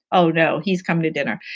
oh no, he's coming to dinner.